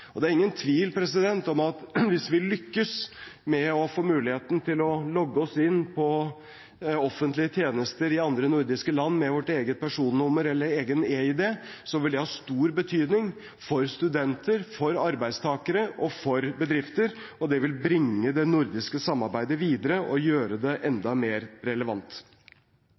intelligens. Det er ingen tvil om at hvis vi lykkes med å få muligheten til å logge oss inn på offentlige tjenester i andre nordiske land med vårt eget personnummer eller egen eID, vil det ha stor betydning for studenter, for arbeidstakere og for bedrifter. Det vil bringe det nordiske samarbeidet videre og gjøre det enda mer relevant.